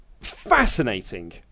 fascinating